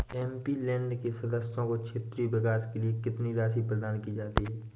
MP land के सदस्यों को क्षेत्रीय विकास के लिए कितनी राशि प्रदान की जाती है?